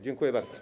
Dziękuję bardzo.